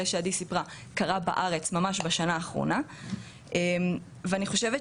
היום אנחנו כן יודעים שיש התייחסות לאינוס וירטואלי.